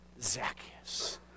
Zacchaeus